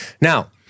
Now